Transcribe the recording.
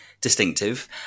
distinctive